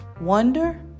wonder